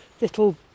little